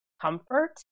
comfort